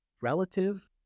relative